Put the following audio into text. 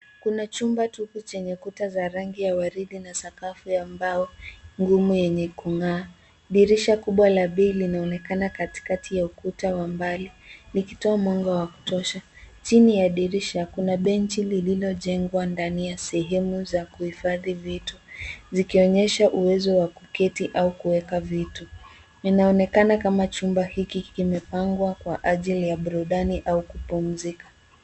Kuna chumba tupu chenye kuta za rangi ya waridi na sakafu ya mbao ngumu yenye kung'aa. Dirisha kubwa la bei linaonekana katikati ya ukuta wa mbali, likitoa mwanga wa kutosha. Chini ya dirisha kuna benchi lililojengwa ndani ya sehemu za kuhifadhi vitu, zikionyesha uwezo wa kuketi au kuweka vitu. Inaonekana kama chumba hiki kimepangwa kwa ajili ya burudani au kupumzika.